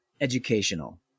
educational